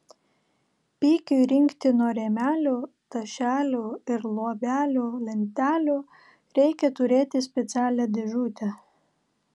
pikiui rinkti nuo rėmelių tašelių ir luobelių lentelių reikia turėti specialią dėžutę